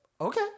okay